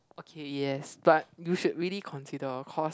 okay yes but you should really consider orh cause